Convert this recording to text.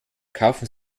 kaufen